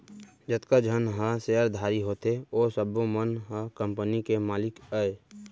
जतका झन ह सेयरधारी होथे ओ सब्बो मन ह कंपनी के मालिक अय